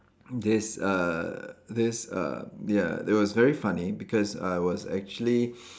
this uh this uh ya it was very funny because I was actually